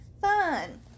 Fun